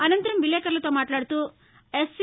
అనంతరం విలేకరులతో మాట్లాడుతూ ఎస్సీ